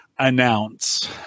announce